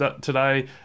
today